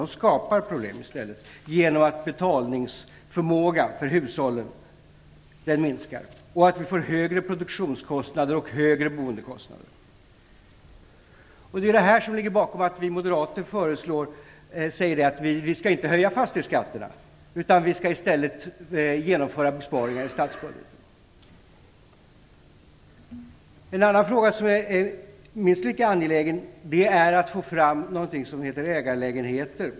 De skapar i stället problem, eftersom hushållens betalningsförmåga minskar och produktions och boendekostnaderna blir högre. Det är detta som ligger bakom att vi moderater säger att fastighetsskatterna inte skall höjas. Vi skall i stället genomföra besparingar i statsskulden. En annan fråga som är minst lika angelägen är att få fram s.k. ägarlägenheter.